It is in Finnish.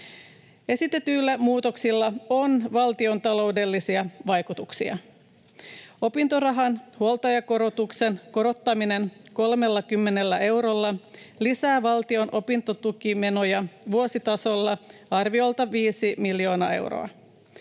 Esitetyillä muutoksilla on valtiontaloudellisia vaikutuksia. Opintorahan huoltajakorotuksen korottaminen 30 eurolla lisää valtion opintotukimenoja vuositasolla arviolta viisi miljoonaa euroa.